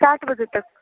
سات بجے تک